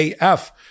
AF